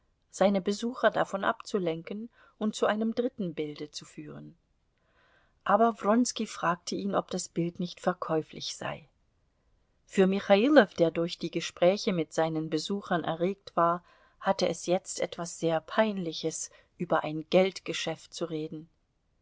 seine besucher davon abzulenken und zu einem dritten bilde zu führen aber wronski fragte ihn ob das bild nicht verkäuflich sei für michailow der durch die gespräche mit seinen besuchern erregt war hatte es jetzt etwas sehr peinliches über ein geldgeschäft zu reden